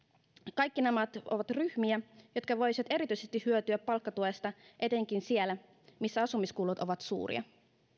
kaikki nämä ovat ryhmiä jotka voisivat erityisesti hyötyä palkkatuesta etenkin siellä missä asumiskulut ovat suuria